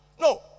No